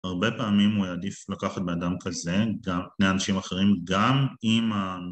הרבה פעמים הוא יעדיף לקחת בן-אדם כזה, על פני אנשים אחרים, גם אם ה...